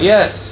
Yes